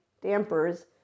dampers